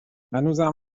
هنوزم